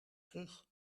terug